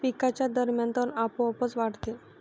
पिकांच्या दरम्यान तण आपोआप वाढते